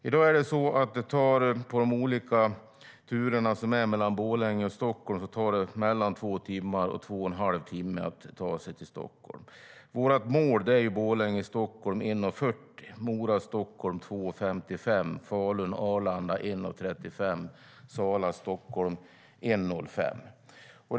I dag tar det mellan två och två och en halv timme att ta sig mellan Borlänge och Stockholm. Vårt mål är Borlänge-Stockholm på 1.40, Mora-Stockholm på 2.55, Falun-Arlanda på 1.35 och Sala-Stockholm på 1.05.